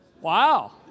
Wow